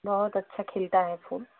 बहुत अच्छा खिलता है फूल